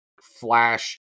flash